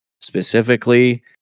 specifically